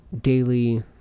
daily